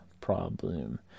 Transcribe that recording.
problem